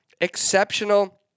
exceptional